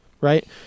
right